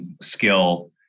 Skill